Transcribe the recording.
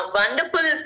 wonderful